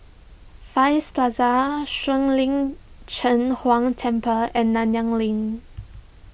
Far East Plaza Shuang Lin Cheng Huang Temple and Nanyang Link